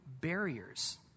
barriers